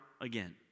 again